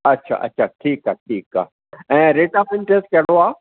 अच्छा अच्छा ठीकु आहे ठीकु आहे ऐं रेट ऑफ इंट्रस्ट कहिड़ो आहे